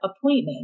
appointment